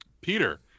Peter